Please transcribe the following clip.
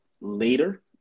later